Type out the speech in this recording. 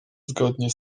zgodnie